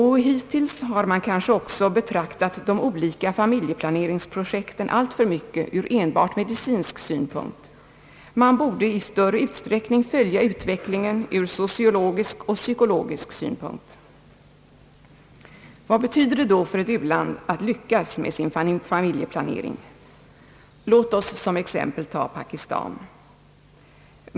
Hittills har man kanske betraktat de olika familjeplaneringsprojekten alltför mycket ur enbart medicinsk synpunkt. Man borde i större utsträckning följa utvecklingen ur sociologisk och psykologisk synpunkt. Vad betyder det då för ett u-land att lyckas med sin familjeplanering? Låt oss som exempel ta Pakistan.